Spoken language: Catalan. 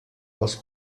dels